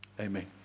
Amen